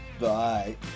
Bye